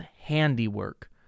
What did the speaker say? handiwork